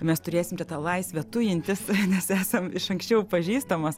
mes turėsim čia tą laisvę tujintis nes esam iš anksčiau pažįstamos